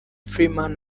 freeman